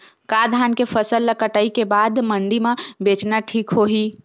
का धान के फसल ल कटाई के बाद मंडी म बेचना ठीक होही?